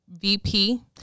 VP